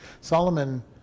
Solomon